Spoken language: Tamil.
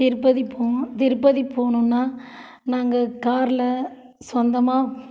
திருப்பதி போவோம் திருப்பதி போகணுன்னா நாங்கள் காரில் சொந்தமாக